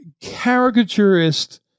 caricaturist